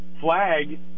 flag